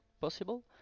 possible